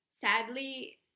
sadly